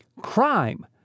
Crime